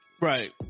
Right